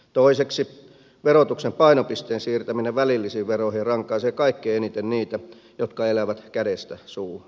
toiseksi verotuksen painopisteen siirtäminen välillisiin veroihin rankaisee kaikkein eniten niitä jotka elävät kädestä suuhun